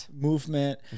movement